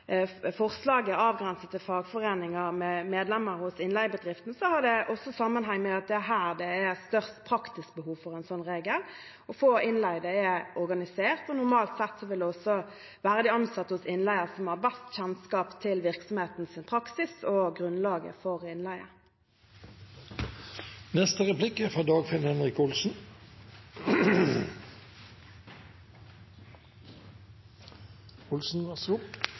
her det er størst praktisk behov for en slik regel. Få innleide er organisert, og normalt sett vil det også være de ansatte hos innleier som har best kjennskap til virksomhetens praksis og grunnlaget for innleie. Underlagsdokumentene for den proposisjonen som ligger til grunn, er